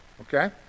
Okay